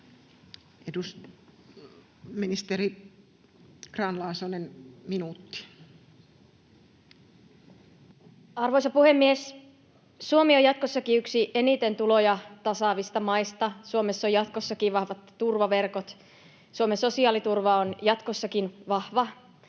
tätä? Ministeri Grahn-Laasonen, minuutti. Arvoisa puhemies! Suomi on jatkossakin yksi eniten tuloja tasaavista maista. Suomessa on jatkossakin vahvat turvaverkot. Suomen sosiaaliturva on jatkossakin vahva,